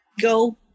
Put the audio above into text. Go